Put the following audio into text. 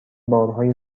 بارهای